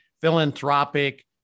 philanthropic